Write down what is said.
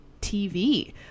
tv